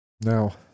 Now